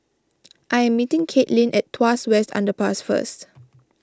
I am meeting Caitlynn at Tuas West Underpass first